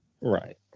Right